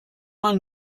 man